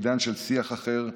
עידן של שיח אחר,